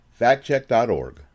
factcheck.org